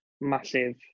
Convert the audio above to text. Massive